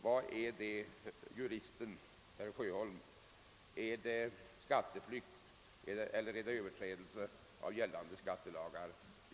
Jag vill då fråga herr Sjöholm som är jurist: Är det skatteflykt, eller är det överträdelse av gällande skattelagar? Herr talman!